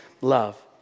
love